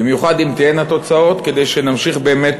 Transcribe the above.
ובמיוחד אם תהיינה תוצאות, כדי שנמשיך באמת